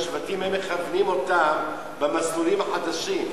הם מכוונים אותם במסלולים החדשים.